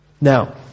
Now